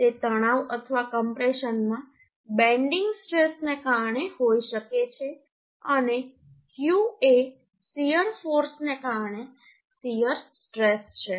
તે તણાવ અથવા કમ્પ્રેશનમાં બેન્ડિંગ સ્ટ્રેસને કારણે હોઈ શકે છે અને q એ શીયર ફોર્સ ને કારણે શીયર સ્ટ્રેસ છે